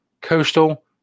Coastal